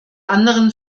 anderen